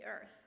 earth